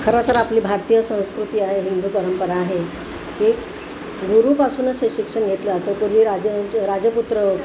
खरं तर आपली भारतीय संस्कृती आहे हिंदू परंपरा आहे की गुरूपासूनच हे शिक्षण घेतला तर पूर्वी राज राजपुत्र